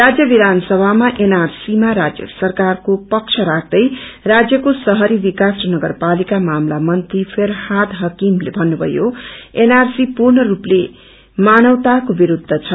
राज्य विधानसभामा उनआरसीमा राज्य सरकारको पक्ष राख्दे राज्यको शहरी विकास र नगरपालिका मामिला मंत्री फिरहाद हकीमले भन्नुभयो एनआरसी पूष्ट रूपले माननवताको विरूद्ध छ